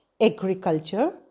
agriculture